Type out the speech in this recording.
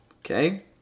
okay